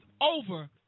over